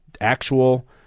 actual